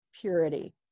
purity